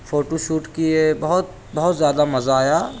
photo shoot کیے بہت بہت زیادہ مزہ آیا